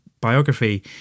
biography